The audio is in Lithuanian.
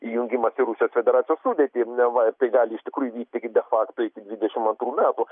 įjungimas į rusijos ferderacijos sudėtį neva tai gali iš tikrųjų įvykti kaip defakto iki dvidešimt antrų metų